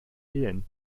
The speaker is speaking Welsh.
hun